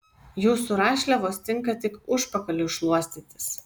jūsų rašliavos tinka tik užpakaliui šluostytis